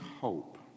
hope